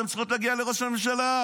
הן צריכות להגיע לראש הממשלה.